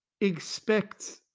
expect